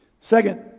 Second